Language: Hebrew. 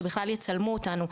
שבכלל יצלמו אותנו.